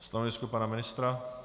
Stanovisko pana ministra?